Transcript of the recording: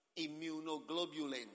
immunoglobulins